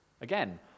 Again